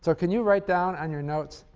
so can you write down on your notes